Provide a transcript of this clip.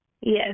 Yes